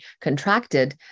contracted